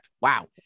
Wow